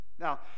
Now